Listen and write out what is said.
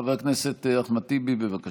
חבר הכנסת אחמד טיבי, בבקשה.